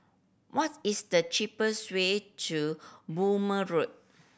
what is the cheapest way to Burmah Road